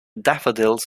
daffodils